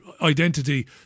identity